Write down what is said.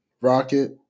Rocket